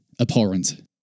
abhorrent